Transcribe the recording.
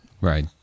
Right